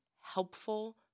helpful